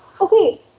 Okay